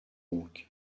donc